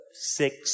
six